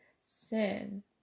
sin